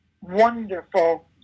wonderful